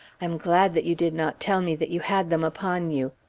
i am glad that you did not tell me that you had them upon you.